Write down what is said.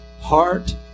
heart